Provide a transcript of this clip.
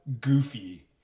Goofy